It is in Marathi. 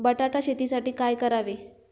बटाटा शेतीसाठी काय करावे?